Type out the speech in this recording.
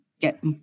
get